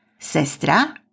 sestra